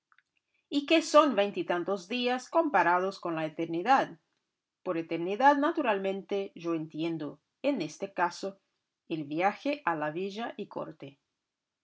y qué son veintitantos días comparados con la eternidad por eternidad naturalmente yo entiendo en este caso el viaje a la villa y corte